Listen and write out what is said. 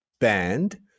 band